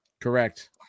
Correct